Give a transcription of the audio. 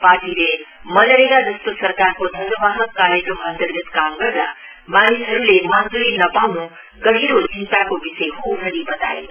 पार्टीले मनरेगा जस्तो सरकारको ध्वजवाहक कार्यक्रम अन्तर्गत काम गर्दा मानिसहरूले मजदूरी नपाउन् गहिरो चिन्ताको विषय हो भनी बताएको छ